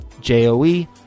J-O-E